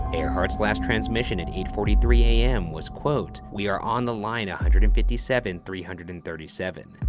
earhart's last transmission at eight forty three a m. was quote, we are on the line one ah hundred and fifty seven, three hundred and thirty seven.